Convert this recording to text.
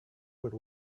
would